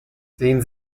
sehen